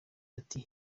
ati